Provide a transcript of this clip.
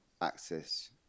access